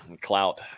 Clout